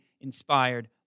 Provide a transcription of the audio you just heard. inspired